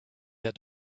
that